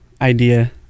idea